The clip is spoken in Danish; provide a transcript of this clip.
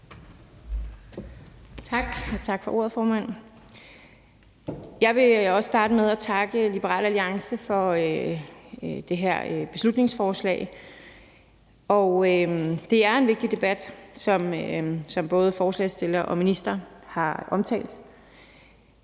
tak for ordet, formand. Jeg vil også starte med at takke Liberal Alliance for det her beslutningsforslag. Det er en vigtig debat, som både forslagsstiller og minister har omtalt.